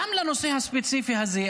גם בנושא הספציפי הזה,